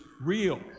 real